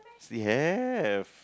she have